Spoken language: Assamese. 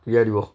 ক্ৰীড়া দিৱস